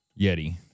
yeti